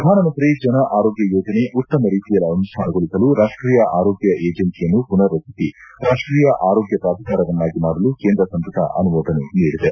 ಪ್ರಧಾನಮಂತ್ರಿ ಜನ ಆರೋಗ್ಡ ಯೋಜನೆ ಉತ್ತಮ ರೀತಿಯಲ್ಲಿ ಆನುಷ್ಠಾನಗೊಳಿಸಲು ರಾಷ್ಟೀಯ ಆರೋಗ್ಡ ಏಜೆನ್ಸಿಯನ್ನು ಪುನರ್ ರಚಿಸಿ ರಾಷ್ಟೀಯ ಆರೋಗ್ತ ಪ್ರಾಧಿಕಾರವನ್ನಾಗಿ ಮಾಡಲು ಕೇಂದ್ರ ಸಂಪುಟ ಅನುಮೋದನೆ ನೀಡಿದೆ